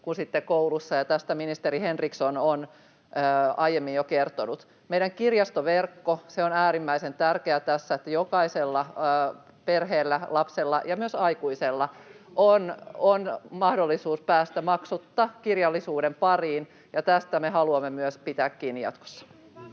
kuin sitten kouluissa, ja tästä ministeri Henriksson on aiemmin jo kertonut. Meidän kirjastoverkko on äärimmäisen tärkeä tässä, että jokaisella perheellä, lapsella ja myös aikuisella on mahdollisuus päästä maksutta kirjallisuuden pariin, ja tästä me haluamme myös pitää kiinni jatkossa.